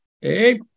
Hey